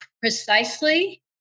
precisely